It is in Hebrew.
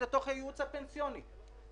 הייעוץ הפנסיוני.